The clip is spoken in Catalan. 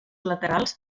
laterals